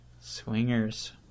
Swingers